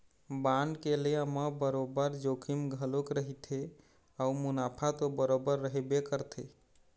bond के लेय म बरोबर जोखिम घलोक रहिथे अउ मुनाफा तो बरोबर रहिबे करथे